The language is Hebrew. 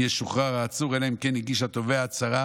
ישוחרר העצור, אלא אם כן הגיש התובע הצהרה